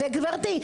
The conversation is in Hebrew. אני מבקשת